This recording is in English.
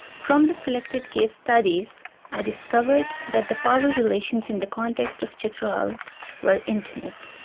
from the selected case studies i discovered that the power relations in the context of chitral were intimate.